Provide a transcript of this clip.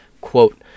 Quote